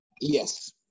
Yes